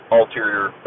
ulterior